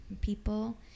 people